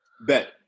Bet